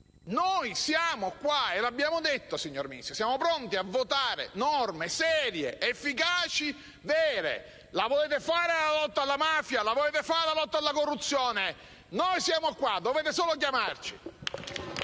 Noi siamo qui, e lo abbiamo detto, signor Ministro: siamo pronti a votare norme serie, efficaci, vere. Volete fare la lotta alla mafia? Volete fare la lotta alla corruzione? Noi siamo qua. Dovete solo chiamarci.